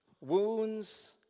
wounds